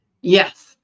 yes